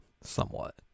Somewhat